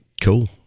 Cool